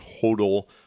total